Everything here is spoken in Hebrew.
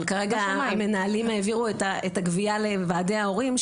אבל כרגע המנהלים העבירו את הגבייה לוועדי ההורים,